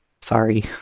Sorry